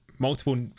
multiple